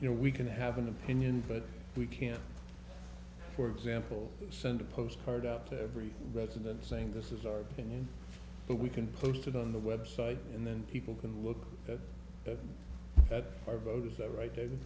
you know we can have an opinion but we can't for example send a postcard out to every resident saying this is our opinion but we can post it on the website and then people can look at our boat is that right there